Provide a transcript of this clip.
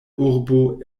urbo